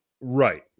Right